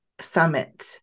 summit